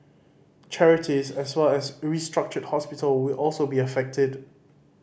charities as well as restructured hospital will also be affected